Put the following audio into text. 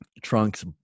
trunks